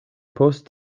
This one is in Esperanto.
post